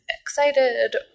excited